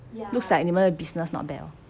looks like 你们的 business not bad oh